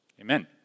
amen